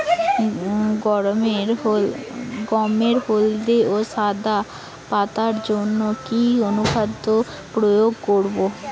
গমের হলদে ও সাদা পাতার জন্য কি অনুখাদ্য প্রয়োগ করব?